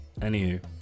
Anywho